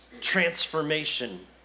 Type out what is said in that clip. transformation